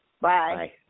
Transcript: Bye